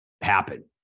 happen